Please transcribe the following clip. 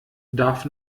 darf